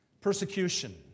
persecution